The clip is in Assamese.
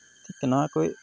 ঠিক তেনেকুৱাকৈ